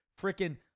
Freaking